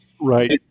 Right